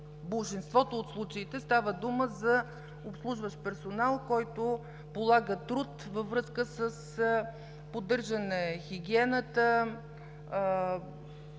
болшинството от случаите става дума за обслужващ персонал, който полага труд във връзка с поддържане хигиената,